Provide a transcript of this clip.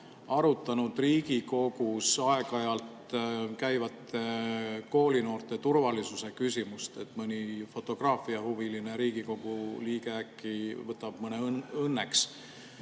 arutanud Riigikogus aeg-ajalt käivate koolinoorte turvalisuse küsimust? Mõni fotograafiahuviline Riigikogu liige äkki võtab mõne õnneks.